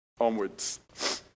onwards